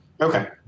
Okay